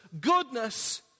goodness